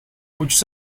muchos